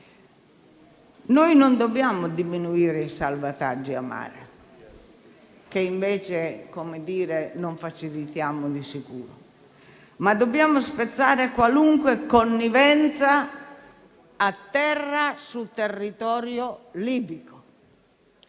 persone e di diminuire i salvataggi in mare, che non facilitiamo di sicuro, dobbiamo spezzare qualunque connivenza a terra sul territorio libico.